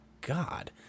God